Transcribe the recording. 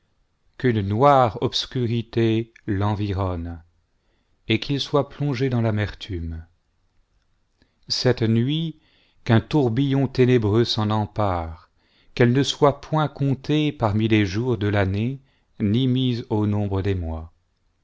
qu'une noire obscurité l'environne et qu'il soit plongé dans l'amertume cette nuit qu'un tourbillon ténébreux s'en empare qu'elle ne soit point comptée parmi les jours de l'année ni mise au nombre des mois